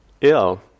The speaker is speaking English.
ill